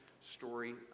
story